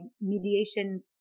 mediation